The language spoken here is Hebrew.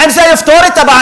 האם זה יפתור את הבעיה?